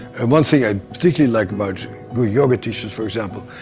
one thing i particularly like about what yoga teaches, for example,